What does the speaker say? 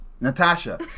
Natasha